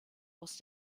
aus